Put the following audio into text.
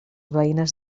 veïnes